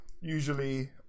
usually